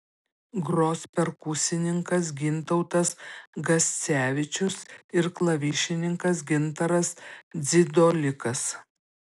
gros perkusininkas gintautas gascevičius ir klavišininkas gintaras dzidolikas